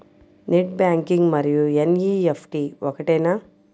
Net banking మరియు NEFT ఒకటేనా?